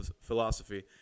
philosophy